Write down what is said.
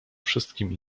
wszystkim